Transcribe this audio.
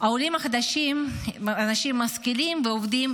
העולים החדשים הם אנשים משכילים ועובדים